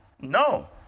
No